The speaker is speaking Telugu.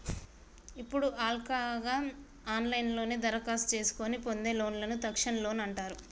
ఇప్పుడు హల్కగా ఆన్లైన్లోనే దరఖాస్తు చేసుకొని పొందే లోన్లను తక్షణ లోన్ అంటారు